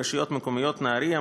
ברשויות המקומיות נהריה,